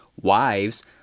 Wives